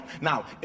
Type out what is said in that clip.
Now